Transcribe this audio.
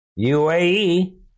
UAE